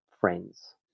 friends